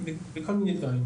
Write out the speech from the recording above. פסיכומטרי.